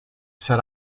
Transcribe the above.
set